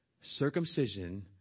circumcision